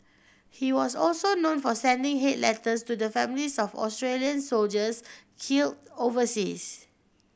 he was also known for sending hate letters to the families of Australian soldiers killed overseas